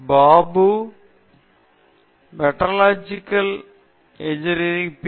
என் பெயர் பாபு நான் metallurgical engineering B